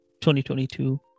2022